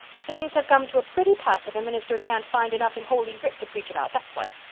things have come to a pretty pass if a minister can't find enough in holy writ to preach about, that's what.